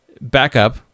backup